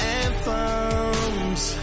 anthems